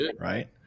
right